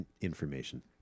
Information